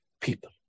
people